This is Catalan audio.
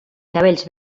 cabells